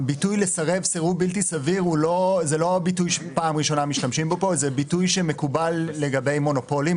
הביטוי סירוב בלתי סביר זה ביטוי שמקובל לגבי מונופולים.